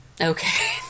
Okay